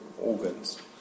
organs